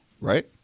Right